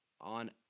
on